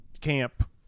camp